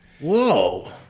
Whoa